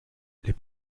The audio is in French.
les